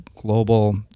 global